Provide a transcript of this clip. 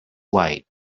white